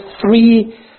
three